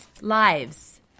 Lives